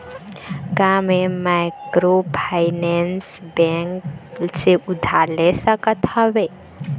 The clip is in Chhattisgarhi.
का मैं माइक्रोफाइनेंस बैंक से उधार ले सकत हावे?